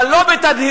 אבל לא בתדהמה,